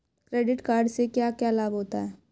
Credit card से क्या क्या लाभ होता है?